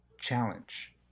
challenge